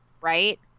right